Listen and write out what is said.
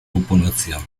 popolazione